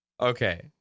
Okay